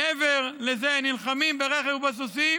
מעבר לזה, נלחמים ברכב ובסוסים